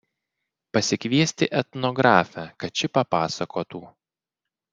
pasikviesti etnografę kad ši papasakotų